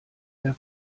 der